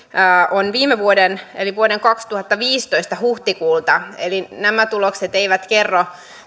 ovat viime vuoden eli vuoden kaksituhattaviisitoista huhtikuulta eli nämä tulokset eivät kerro